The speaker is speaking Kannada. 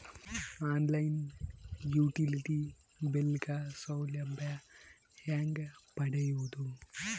ಆನ್ ಲೈನ್ ಯುಟಿಲಿಟಿ ಬಿಲ್ ಗ ಸೌಲಭ್ಯ ಹೇಂಗ ಪಡೆಯೋದು?